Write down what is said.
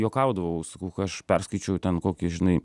juokaudavau sakau kai aš perskaičiau ten kokį žinai